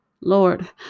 Lord